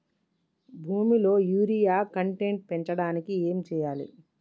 భూమిలో urea content పెంచడానికి ఏం చేయాలి?